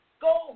go